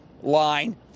line